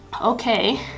okay